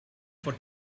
for